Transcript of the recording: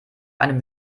einem